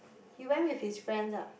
he went with his friends ah